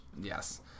Yes